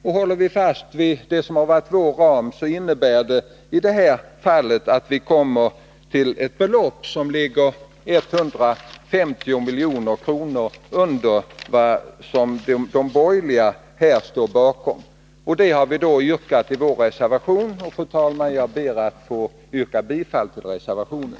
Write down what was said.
Och håller vi fast vid det som har varit vår ram, så innebär det i detta fall ett belopp som ligger 150 milj.kr. under det som de borgerliga här står bakom. Detta har vi yrkat i vår reservation. Fru talman! Jag ber att få yrka bifall till reservationen.